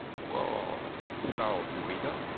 woogh! snarled eureka,